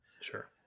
Sure